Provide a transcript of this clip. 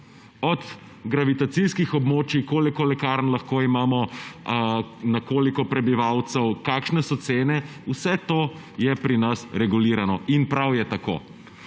Od gravitacijskih območij, koliko lekarn lahko imamo na koliko prebivalcev, so tega, kakšne so cene, vse to je pri nas regulirano in prav je tako.